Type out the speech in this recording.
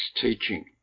teaching